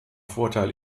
vorteil